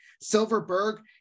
Silverberg